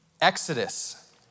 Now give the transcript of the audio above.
Exodus